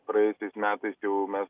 praėjusiais metais jau mes